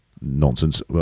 nonsense